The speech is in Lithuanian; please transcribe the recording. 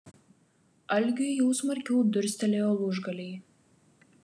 algiui jau smarkiau durstelėjo lūžgaliai